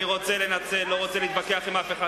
אני לא רוצה להתווכח עם אף אחד.